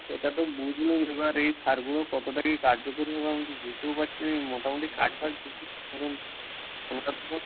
সেটা তো বুঝলাম এবার এই সারগুলো কতটা কী কার্যকরী হবে আমি তো বুঝতেও পারছি না মোটামুটি কাজ ফাজ ধরুন